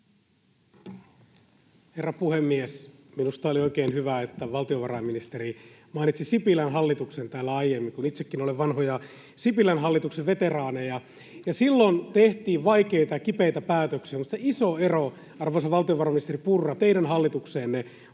Herra puhemies! Minusta oli oikein hyvä, että valtiovarainministeri mainitsi Sipilän hallituksen täällä aiemmin, kun itsekin olen vanhoja Sipilän hallituksen veteraaneja, ja silloin tehtiin vaikeita ja kipeitä päätöksiä. Mutta se iso ero, arvoisa valtiovarainministeri Purra, teidän hallitukseenne